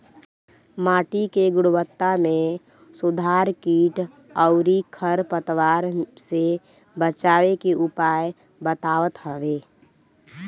माटी के गुणवत्ता में सुधार कीट अउरी खर पतवार से बचावे के उपाय बतावत हवे